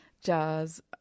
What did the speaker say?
jazz